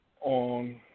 on –